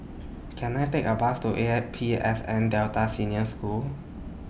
Can I Take A Bus to A I P S N Delta Senior School